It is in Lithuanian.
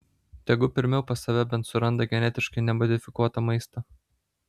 tegu pirmiau pas save bent suranda genetiškai nemodifikuoto maisto